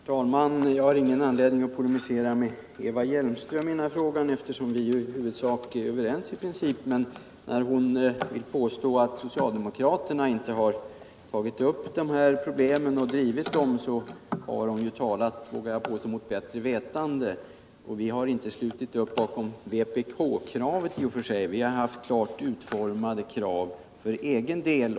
Herr talman! Jag har ingen anledning att polemisera mot Eva Hjelmström i den här frågan, eftersom vi i huvudsak är överens. Men när hon säger att socialdemokraterna tidigare inte har tagit upp dessa problem och drivit frågorna talar hon. vill jag påstå, mot bättre vetande. Vi har inte slutit upp bakom vpk-kravet, utan vi har haft klart utformade krav för egen del.